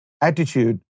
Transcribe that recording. attitude